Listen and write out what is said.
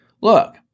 Look